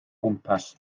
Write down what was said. gwmpas